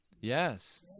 Yes